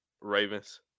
Ravens